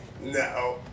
No